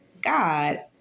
God